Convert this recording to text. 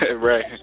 Right